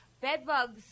bedbugs